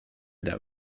that